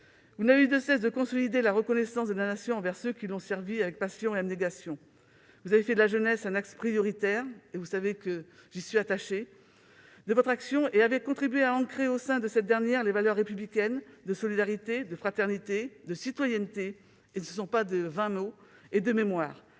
Vous n'avez eu de cesse de consolider la reconnaissance de la Nation envers ceux qui l'ont servie avec passion et abnégation. Vous avez fait de la jeunesse un axe prioritaire de votre action, un point auquel vous savez que je suis attachée, et avez contribué à ancrer au sein de cette dernière les valeurs républicaines de solidarité, de fraternité, de citoyenneté- ce ne sont pas de vains mots ! -et de mémoire,